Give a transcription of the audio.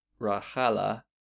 Rahala